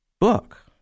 book